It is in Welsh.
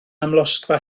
amlosgfa